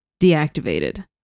deactivated